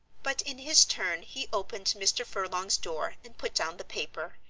but in his turn he opened mr. furlong's door and put down the paper,